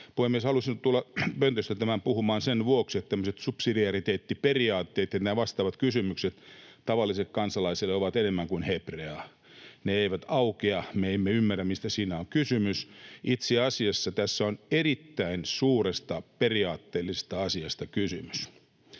Puhemies! Halusin tulla pöntöstä tämän puhumaan sen vuoksi, että tämmöiset subsidiariteettiperiaatteet ja nämä vastaavat kysymykset ovat tavallisille kansalaisille enemmän kuin hepreaa. Ne eivät aukea, me emme ymmärrä, mistä siinä on kysymys. Itse asiassa tässä on erittäin suuresta periaatteellisesta asiasta kysymys.